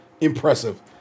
impressive